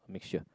mixture